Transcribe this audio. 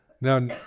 Now